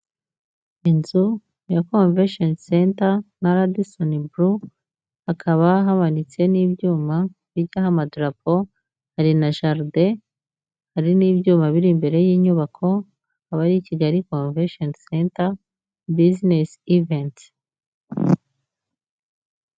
Inzu ya Convention Center na Radisson Blue, hakaba hamanitse n'ibyuma bijyaho amadarapo hari na jaride, hari n'ibyuma biri imbere y'inyubako, akaba ari Kigali Convention Center bizinesi iventi.